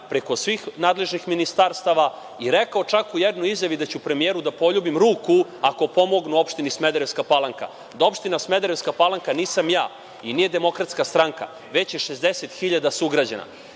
preko svih nadležnih ministarstava i rekao čak u jednoj izjavi da ću premijeru da poljubim ruku ako pomognu opštini Smederevska Palanka, da opština Smederevska Palanka nisam ja i nije DS, već je 60.000 sugrađana.